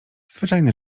zwyczajny